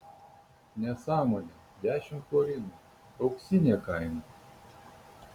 nesąmonė dešimt florinų auksinė kaina